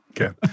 Okay